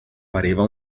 pareva